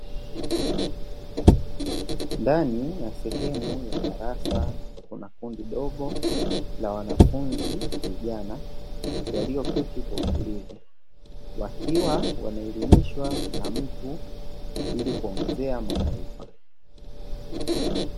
Ndani ya sehemu ya darasa kuna kundi dogo la wanafunzi vijana walioketi kwa utulivu, wakiwa wanaelimishwa na mtu ili kuongezea maarifa.